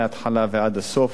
מההתחלה ועד הסוף,